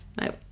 no